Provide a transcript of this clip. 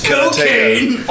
Cocaine